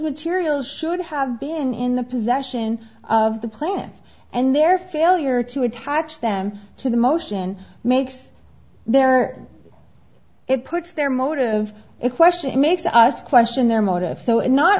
materials should have been in the possession of the planet and their failure to attach them to the motion makes their it puts their motive in question and makes us question their motives so